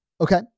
Okay